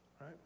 right